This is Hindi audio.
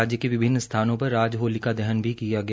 राज्य के विभिन्न स्थानों पर होलिका दहन भी किया गया